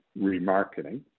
remarketing